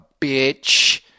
bitch